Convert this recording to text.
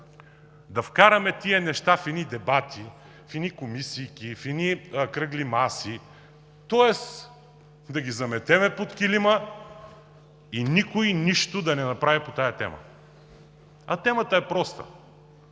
да вкараме тези неща в едни дебати, в едни комисийки, в едни кръгли маси, тоест да ги заметем под килима и никой нищо да не направи по тази тема. А темата е проста.